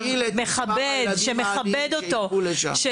שנגדיל את מספר הילדים העניים שיילכו לשם.